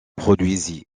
produisit